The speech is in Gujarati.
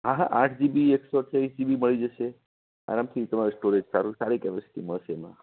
હા હા આઠ જીબી એકસો અઠયાવિસ જીબી મળી જશે આરામથી તમાર સ્ટોરેજ સારું સારી સારી સ્કીમ હોય છે એમાં